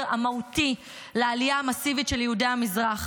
המהותי לעלייה המסיבית של יהודי המזרח,